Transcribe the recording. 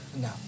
No